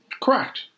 Correct